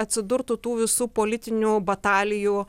atsidurtų tų visų politinių batalijų